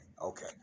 Okay